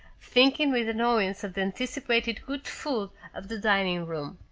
thinking with annoyance of the anticipated good food of the dining room.